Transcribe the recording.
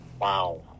Wow